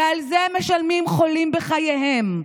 ועל זה משלמים חולים בחייהם.